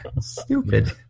Stupid